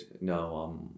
no